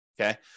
Okay